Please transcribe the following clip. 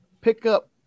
pickup